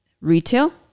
retail